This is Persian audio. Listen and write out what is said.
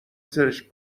زرشک